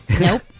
Nope